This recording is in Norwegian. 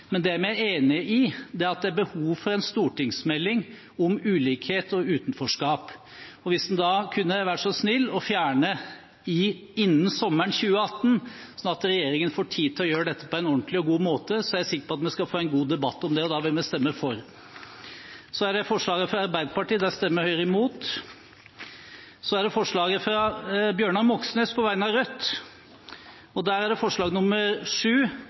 men det vi er enig i, er at det er behov for en stortingsmelding om ulikhet og utenforskap. Hvis en da kunne være så snill og fjerne «innen sommeren 2018», sånn at regjeringen får tid til å gjøre dette på en ordentlig og god måte, er jeg sikker på at vi skal få en god debatt om det, og da vil vi stemme for. Forslagene fra Arbeiderpartiet stemmer Høyre imot. Så er det forslagene fra Bjørnar Moxnes på vegne av Rødt. Når det gjelder forslag nr. 7, ligger basepolitikken vår fast, den har vi ikke tenkt å gjøre noe med, så det